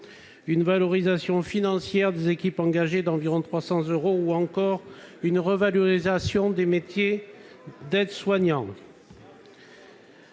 une valorisation financière des équipes engagées, à hauteur d'environ 300 euros, ou encore une revalorisation des métiers d'aide-soignant.